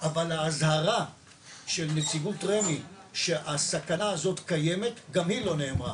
אבל האזהרה של נציגות רמ"י שהסכנה הזאת קיימת גם היא לא נאמרה.